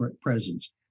presence